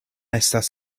estas